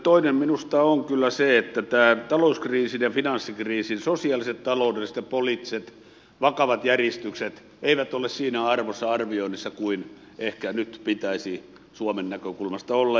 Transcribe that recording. toinen minusta on kyllä se että tämän talouskriisin ja finanssikriisin sosiaaliset taloudelliset ja poliittiset vakavat järistykset eivät ole siinä arvossa arvioinnissa kuin ehkä nyt pitäisi suomen näkökulmasta olla